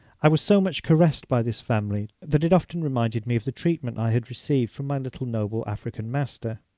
i was so much caressed by this family that it often reminded me of the treatment i had received from my little noble african master.